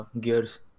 gears